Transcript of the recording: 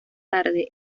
tarde